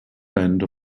bend